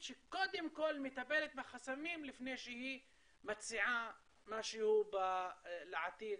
שקודם כל מטפלת בחסמים לפני שהיא מציעה משהו לעתיד.